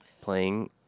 playing